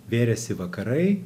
vėrėsi vakarai